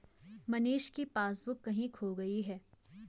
मनीष की पासबुक कहीं खो गई है